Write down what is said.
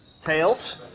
tails